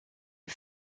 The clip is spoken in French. est